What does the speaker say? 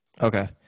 Okay